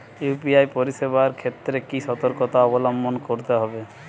UPI পরিসেবার ক্ষেত্রে কি সতর্কতা অবলম্বন করতে হবে?